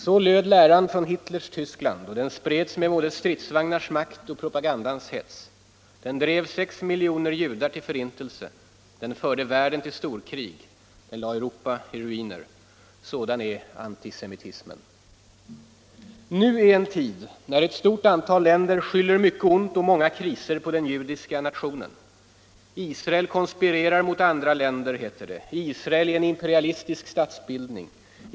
Så löd läran från Hitlers Tyskland och den spreds med både stridsvagnars makt och propagandans hets. Den drev sex miljoner judar till förintelse, den förde världen till storkrig, den lade Europa i ruiner. Sådan är antisemitismen. Nu är en tid när ett stort antal länder skyller mycket ont och många kriser på den judiska nationen. Israel konspirerar mot andra länder, heter det. Israel är en imperialistisk statsbildning.